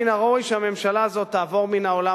מן הראוי שהממשלה הזאת תעבור מן העולם,